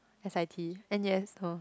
s_i_t n_u_s no